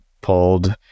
pulled